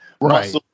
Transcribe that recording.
Right